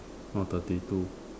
or thirty two